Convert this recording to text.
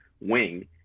wing